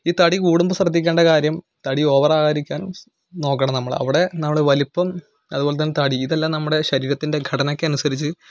ഈ തടി കൂടുമ്പോൾ ശ്രദ്ധിക്കേണ്ട കാര്യം തടി ഓവർ ആകാതിരിക്കാൻ നോക്കണം നമ്മൾ അവിടെ നമ്മൾ വലിപ്പം അതുപോലെതന്നെ തടി ഇതെല്ലാം നമ്മുടെ ശരീരത്തിൻ്റെ ഘടനയ്ക്ക് അനുസരിച്ച്